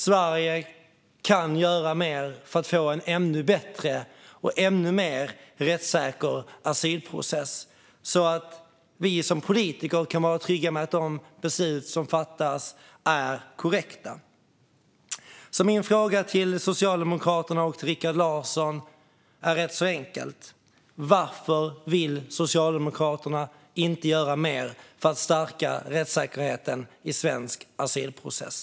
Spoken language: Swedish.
Sverige kan göra mer för att få en ännu bättre och ännu mer rättssäker asylprocess, så att vi politiker kan vara trygga med att de beslut som fattas är korrekta. Min fråga till Socialdemokraterna och Rikard Larsson är ganska enkel: Varför vill inte Socialdemokraterna göra mer för att stärka rättssäkerheten i svensk asylprocess?